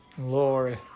Glory